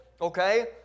Okay